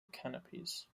canopies